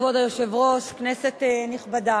כבוד היושב-ראש, כנסת נכבדה,